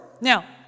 Now